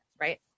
right